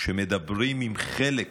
כשמדברים עם חלק